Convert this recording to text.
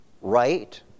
Right